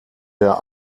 der